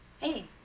Hey